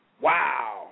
Wow